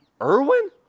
Irwin